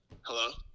Hello